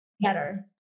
better